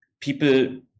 people